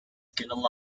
skinned